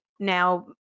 Now